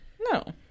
No